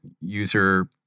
user